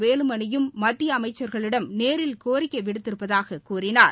வேலுமணியும் மத்திய அமைச்சர்களிடம் நேரில் கோரிக்கை விடுத்திருப்பதாகக் கூறினார்